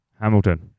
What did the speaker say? Hamilton